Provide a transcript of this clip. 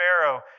Pharaoh